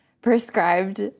prescribed